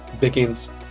begins